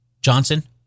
Johnson